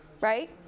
right